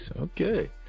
Okay